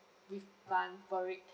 refund for it